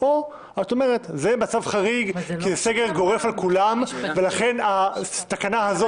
או שאת אומרת שזה מצב חריג כי זה סגר גורף על כולם ולכן התקנה הזאת